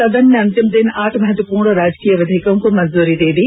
सदन ने अंतिम दिन आठ महत्वपूर्ण राजकीय विधेयक को मंजूरी प्रदान कर दी